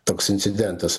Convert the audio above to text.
toks incidentas